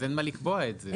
לא צריך לקבוע את זה.